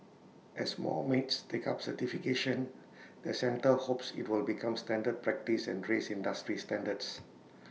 as more maids take up certification the centre hopes IT will become standard practice and raise industry standards